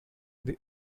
the